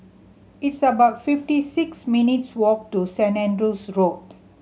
it's about fifty six minutes' walk to Saint Andrew's Road